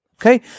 okay